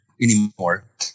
anymore